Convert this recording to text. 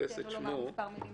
ניתן לו לומר מספר מילים